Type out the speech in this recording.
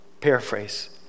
paraphrase